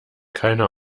keiner